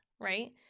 right